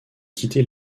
quitter